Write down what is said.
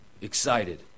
excited